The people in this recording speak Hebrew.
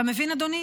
אתה מבין, אדוני?